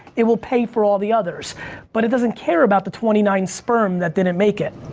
it will pay for all the others but it doesn't care about the twenty nine sperm that didn't make it.